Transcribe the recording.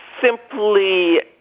simply